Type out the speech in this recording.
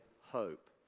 hope